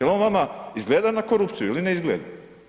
On vama izgleda na korupciju ili ne izgleda?